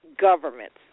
governments